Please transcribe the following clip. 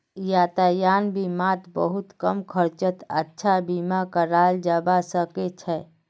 यातायात बीमात बहुत कम खर्चत अच्छा बीमा कराल जबा सके छै